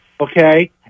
okay